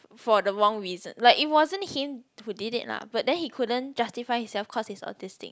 for the wrong reason like it wasn't him who did it lah but then he couldn't justify himself cause he's autistic